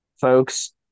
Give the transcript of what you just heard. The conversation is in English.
Folks